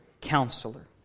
counselor